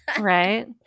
right